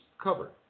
covered